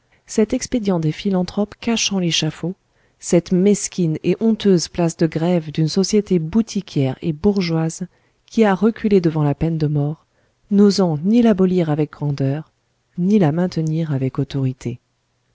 cet expédient des philanthropes cachant l'échafaud cette mesquine et honteuse place de grève d'une société boutiquière et bourgeoise qui a reculé devant la peine de mort n'osant ni l'abolir avec grandeur ni la maintenir avec autorité